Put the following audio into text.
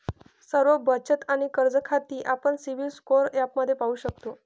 सर्व बचत आणि कर्ज खाती आपण सिबिल स्कोअर ॲपमध्ये पाहू शकतो